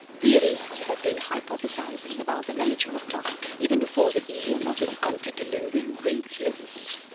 theorists have been hypothesizing about the nature of time even before the eon of the antediluvian greek theorists.